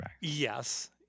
Yes